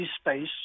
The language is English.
space